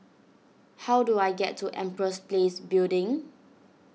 how do I get to Empress Place Building